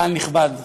קהל נכבד,